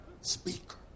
speaker